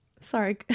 sorry